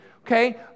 okay